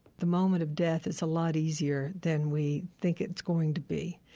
the moment of death is a lot easier than we think it's going to be.